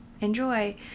Enjoy